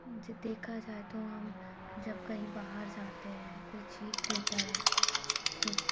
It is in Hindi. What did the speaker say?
जे देखा जाए तो हम जब कहीं बाहर जाते हैं कोई चीज़ देता है तो